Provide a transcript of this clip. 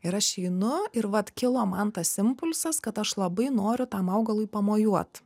ir aš einu ir vat kilo man tas impulsas kad aš labai noriu tam augalui pamojuot